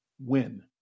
win